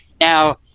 Now